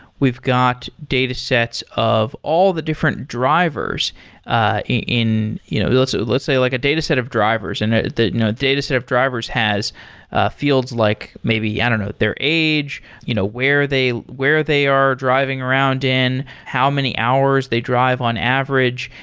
we've got datasets of all the different drivers ah in you know let's let's say like a dataset of drivers, and ah the dataset of drivers has fields like maybe i don't know, their age, you know where they where they are driving around in. how many hours they drive on average.